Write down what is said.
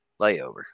layover